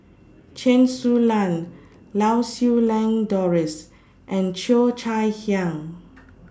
Chen Su Lan Lau Siew Lang Doris and Cheo Chai Hiang